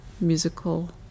musical